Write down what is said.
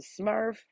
Smurf